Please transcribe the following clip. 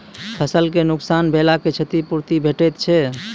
फसलक नुकसान भेलाक क्षतिपूर्ति भेटैत छै?